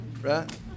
Right